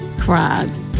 cried